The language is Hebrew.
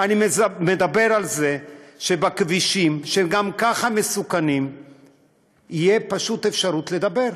אני מדבר על זה שבכבישים שהם גם ככה מסוכנים תהיה פשוט אפשרות לדבר.